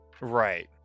Right